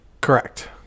Correct